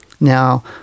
Now